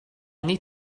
need